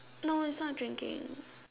no it's not drinking